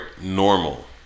normal